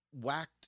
whacked